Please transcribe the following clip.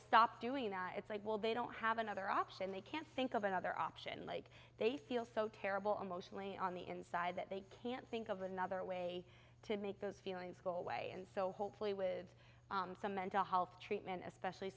stop doing that it's like well they don't have another option they can't think of another option like they feel so terrible emotionally on the inside that they can't think of another way to make those feelings go away and so hopefully with some mental health treatment especially